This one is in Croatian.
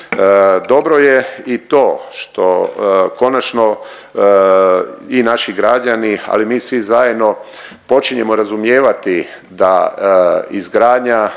Dobro je i to što konačno i naši građani ali mi svi zajedno počinjemo razumijevati da izgradnja